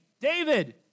David